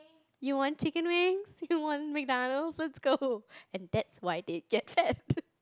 you want chicken wings you want McDonald's let's go and that's why they get fat